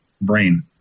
brain